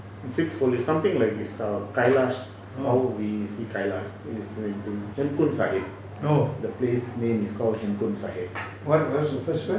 orh oh what how you spell